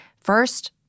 First